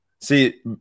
See